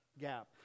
gap